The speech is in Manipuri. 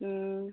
ꯎꯝ